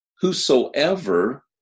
whosoever